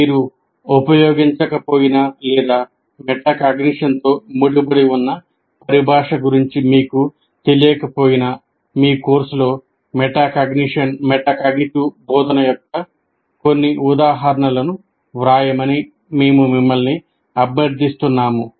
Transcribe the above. మీరు ఉపయోగించకపోయినా లేదా మెటాకాగ్నిషన్తో ముడిపడి ఉన్న పరిభాష గురించి మీకు తెలియకపోయినా మీ కోర్సులో మెటాకాగ్నిటివ్ బోధన యొక్క కొన్ని ఉదాహరణలను వ్రాయమని మేము మిమ్మల్ని అభ్యర్థిస్తున్నాము